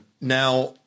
Now –